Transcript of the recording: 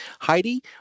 Heidi